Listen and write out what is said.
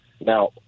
Now